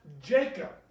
Jacob